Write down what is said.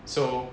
so